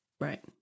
Right